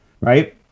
Right